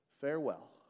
Farewell